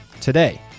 today